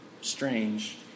strange